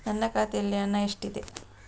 ನನ್ನ ಖಾತೆಯಲ್ಲಿ ಹಣ ಎಷ್ಟಿದೆ?